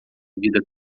vida